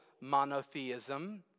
Monotheism